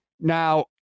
Now